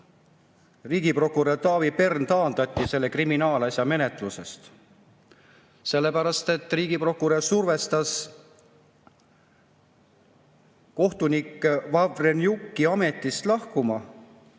riigiprokurör Taavi Pern taandati selle kriminaalasja menetlusest, sellepärast et riigiprokurör survestas kohtunik Vavrenjukki ametist lahkuma